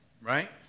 Right